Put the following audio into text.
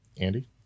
Andy